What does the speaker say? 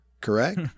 correct